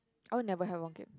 I would never have one kid